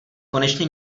konečně